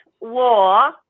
war